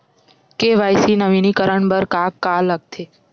KYC नवीनीकरण बर का का लगथे?